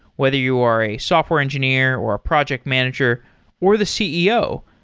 whether you are a software engineer or a project manager or the ceo,